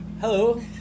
Hello